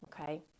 Okay